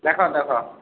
ଦେଖ ଦେଖ